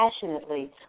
passionately